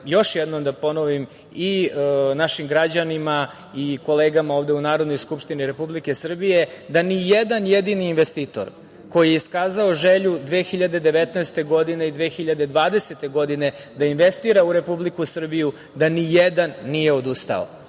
još jednom da ponovim i našim građanima i kolegama ovde u Narodnoj skupštini Republike Srbije, da ni jedan jedini investitor, koji je iskazao želju 2019. godine i 2020. godine da investira u Republiku Srbiju, da ni jedan nije odustao. Ni